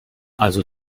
also